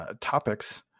Topics